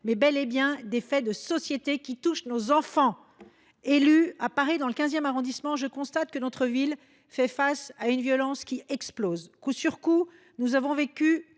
mais bel et bien des faits de société qui touchent nos enfants. Élue à Paris, dans le XV arrondissement, je constate que notre ville fait face à une explosion de la violence. Coup sur coup, nous avons vécu